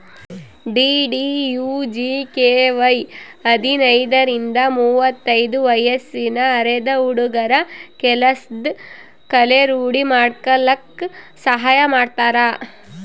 DDUGKY ಹದಿನೈದರಿಂದ ಮುವತ್ತೈದು ವಯ್ಸಿನ ಅರೆದ ಹುಡ್ಗುರ ಕೆಲ್ಸದ್ ಕಲೆ ರೂಡಿ ಮಾಡ್ಕಲಕ್ ಸಹಾಯ ಮಾಡ್ತಾರ